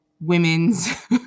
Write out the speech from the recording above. women's